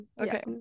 Okay